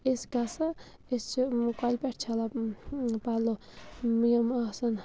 أسۍ گژھو أسۍ چھِ کۄلہِ پٮ۪ٹھ چھَلان پَلو یِم آسَن